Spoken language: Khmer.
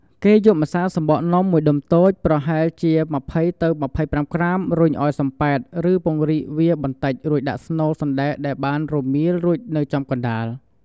គេយកម្សៅសំបកនំមួយដុំតូច ដែលប្រហែលជា ២០-២៥ ក្រាម រុញឲ្យសំប៉ែត ឬពង្រីកវាបន្តិច រួចដាក់ស្នូលសណ្តែកដែលបានរមៀលរួចនៅចំកណ្តាល។